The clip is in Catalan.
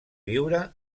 viure